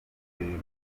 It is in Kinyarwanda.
irerero